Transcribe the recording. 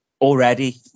already